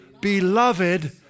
beloved